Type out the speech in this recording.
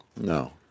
No